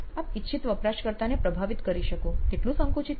આપ ઈચ્છીત વપરાશકર્તાને પ્રભવિત કરી શકો તેટલું સંકુચિત છે